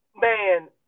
man